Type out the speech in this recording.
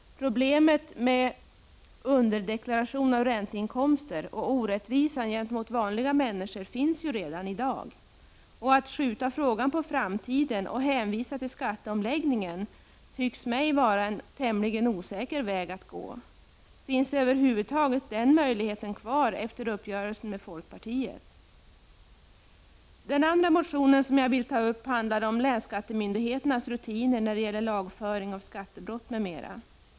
Problemet med underdeklaration av ränteinkomster och orättvisan gentemot vanliga människor finns ju redan i dag. Att skjuta frågan på framtiden och hänvisa till skatteomläggning syns mig vara en tämligen osäker väg att gå. Finns över huvud taget den möjligheten kvar efter uppgörelsen med folkpartiet? Den andra motion som jag vill ta upp handlar om länsskattemyndigheternas rutiner när det gäller lagföring av skattebrott m.m.